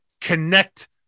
connect